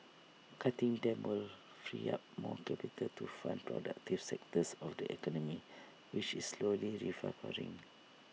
cutting them would free up more capital to fund productive sectors of the economy which is slowly